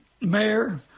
mayor